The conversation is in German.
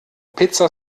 pizza